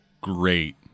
great